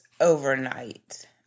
overnight